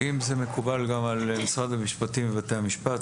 אם זה מקובל גם על משרד המשפטים ובתי המשפט,